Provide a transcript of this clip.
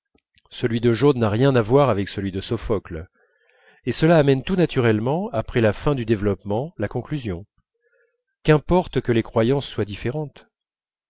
celui de joad n'a rien à voir avec celui de sophocle et cela amène tout naturellement après la fin du développement la conclusion qu'importe que les croyances soient différentes